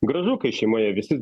gražu kai šeimoje visi